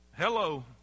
Hello